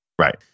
Right